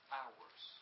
hours